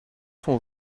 ton